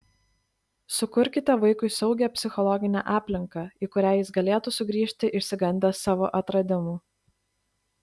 sukurkite vaikui saugią psichologinę aplinką į kurią jis galėtų sugrįžti išsigandęs savo atradimų